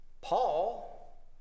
Paul